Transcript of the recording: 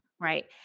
right